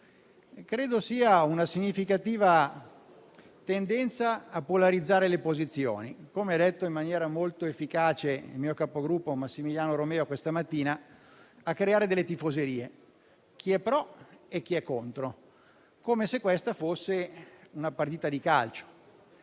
credo sia una significativa tendenza a polarizzare le posizioni; come ha detto in maniera molto efficace il mio capogruppo Massimiliano Romeo questa mattina, a creare delle tifoserie: chi è pro e chi è contro, come se questa fosse una partita di calcio.